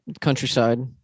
countryside